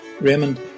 Raymond